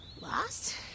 Lost